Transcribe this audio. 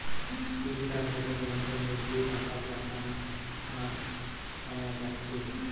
ইন্টারনেটের মাধ্যমে যে টাকা পাঠানা আর পায়া যাচ্ছে